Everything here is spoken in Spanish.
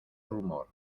rumor